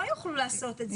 לא יוכלו לעשות את זה.